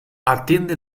atiende